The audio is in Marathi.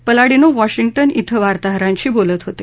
पलाडिनो वॉशिंग्टन क्रिं वार्ताहरांशी बोलत होते